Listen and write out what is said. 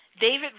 David